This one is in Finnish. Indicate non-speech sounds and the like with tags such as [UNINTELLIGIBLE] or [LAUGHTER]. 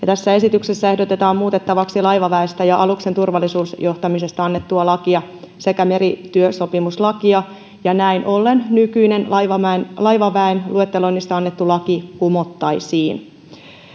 [UNINTELLIGIBLE] tässä esityksessä ehdotetaan muutettavaksi laivaväestä ja aluksen turvallisuusjohtamisesta annettua lakia sekä merityösopimuslakia ja näin ollen nykyinen laivaväen laivaväen luetteloinnista annettu laki kumottaisiin